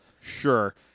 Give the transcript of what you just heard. Sure